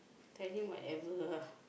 tell him whatever ah